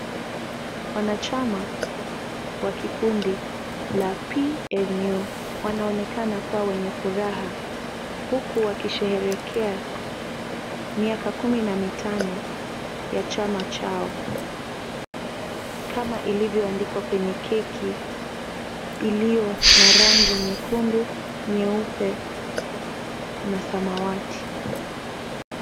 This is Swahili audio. Wanachama wa kikundi la PNU wanaonekana kua wenye furaha huku wakisherekea miaka kumi na mitano ya chama chao kama ilivyoandikwa kwenye keki iliyo na rangi nyekundu, nyeupe na samawati.